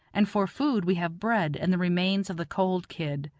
and for food we have bread and the remains of the cold kid.